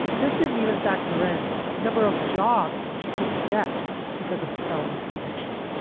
this didn't even factor in the number of jobs she couldn't get because of her felony conviction.